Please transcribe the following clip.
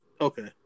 Okay